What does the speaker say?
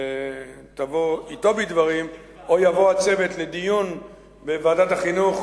תבוא אתו בדברים או יבוא הצוות לדיון בוועדת החינוך,